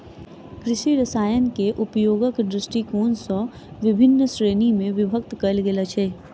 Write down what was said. कृषि रसायनकेँ उपयोगक दृष्टिकोण सॅ विभिन्न श्रेणी मे विभक्त कयल गेल अछि